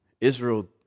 Israel